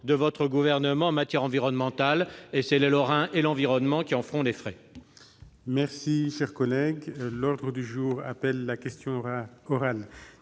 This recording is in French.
de vos renoncements en matière environnementale ... Et ce sont les Lorrains et l'environnement qui en feront les frais